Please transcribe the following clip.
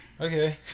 Okay